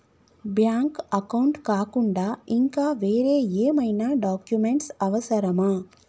Bank account కాకుండా ఇంకా వేరే ఏమైనా డాక్యుమెంట్స్ అవసరమా?